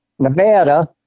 Nevada